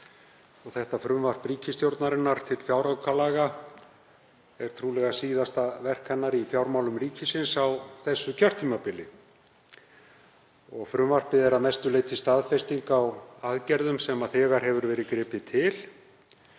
Þetta frumvarp ríkisstjórnarinnar til fjáraukalaga er trúlega síðasta verk hennar í fjármálum ríkisins á þessu kjörtímabili. Frumvarpið er að mestu leyti staðfesting á aðgerðum sem þegar hefur verið gripið til.